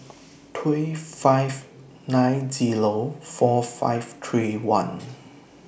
three five nine Zero four five three one